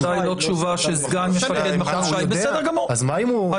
בסדר גמור,